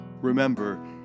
Remember